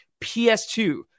PS2